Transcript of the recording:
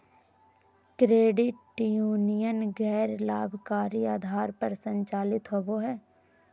credit union गैर लाभकारी आधार पर संचालित होबो हइ